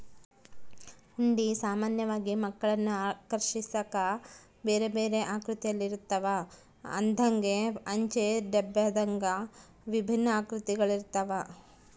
ಹುಂಡಿ ಸಾಮಾನ್ಯವಾಗಿ ಮಕ್ಕಳನ್ನು ಆಕರ್ಷಿಸಾಕ ಬೇರೆಬೇರೆ ಆಕೃತಿಯಲ್ಲಿರುತ್ತವ, ಹಂದೆಂಗ, ಅಂಚೆ ಡಬ್ಬದಂಗೆ ವಿಭಿನ್ನ ಆಕೃತಿಗಳಿರ್ತವ